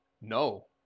No